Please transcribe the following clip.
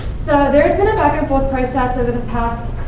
so there's been a back and forth process over the past